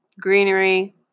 greenery